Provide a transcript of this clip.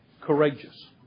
Courageous